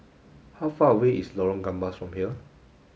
how far away is Lorong Gambas from here